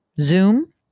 Zoom